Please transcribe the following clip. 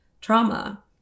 trauma